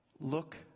Look